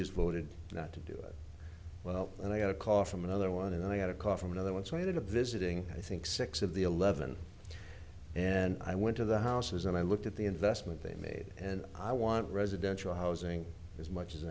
just voted not to do it well and i got a call from another one and i got a call from another one so i did a visiting i think six of the eleven and i went to the houses and i looked at the investment they made and i want residential housing as much as